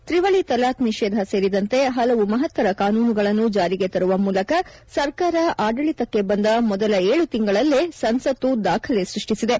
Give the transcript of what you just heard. ತ್ರಿವಳಿ ತಲಾಖ್ ನಿಷೇಧ ಸೇರಿದಂತೆ ಹಲವು ಮಹತ್ತರ ಕಾನೂನುಗಳನ್ನು ಜಾರಿಗೆ ತರುವ ಮೂಲಕ ಸರ್ಕಾರ ಆಡಳಿತಕ್ಕೆ ಬಂದ ಮೊದಲ ಏಳು ತಿಂಗಳುಗಳಲ್ಲೇ ಸಂಸತ್ತು ದಾಖಲೆ ಸೃಷ್ಠಿಸಿದೆ